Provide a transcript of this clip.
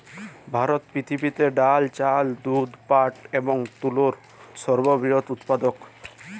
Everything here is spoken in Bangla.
ভারত পৃথিবীতে ডাল, চাল, দুধ, পাট এবং তুলোর সর্ববৃহৎ উৎপাদক